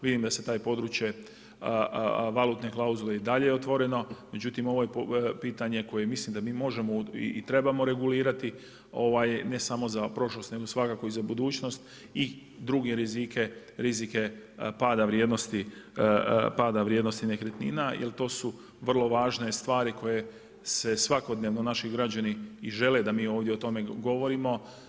Vidim da se to područje valutne klauzule i dalje je otvoreno, međutim ovo je pitanje koje mislim da mi možemo i trebamo regulirati ne samo za prošlost nego svakako i za budućnost i druge rizike pada vrijednosti nekretnina, jer to su vrlo važne stvari koje se svakodnevno naši građani i žele da mi ovdje o tome govorimo.